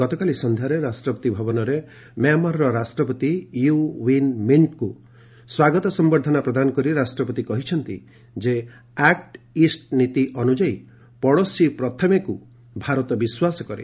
ଗତକାଲି ସନ୍ଧ୍ୟାରେ ରାଷ୍ଟ୍ରପତି ଭବନରେ ମ୍ୟାଁମାରର ରାଷ୍ଟ୍ରପତି ୟୁ ଓ୍ୱିନ୍ ମିଷ୍ଟ୍ଙ୍କୁ ସ୍ୱାଗତ ସମ୍ଭର୍ଦ୍ଧନା ପ୍ରଦାନ କରି ରାଷ୍ଟ୍ରପତି କହିଛନ୍ତି ଯେ ଆକ୍ ଇଷ୍ଟ୍ ନୀତି ଅନୁଯାୟୀ 'ପଡ଼ୋଶୀ ପ୍ରଥମେ'କୁ ଭାରତ ବିଶ୍ୱାସ କରେ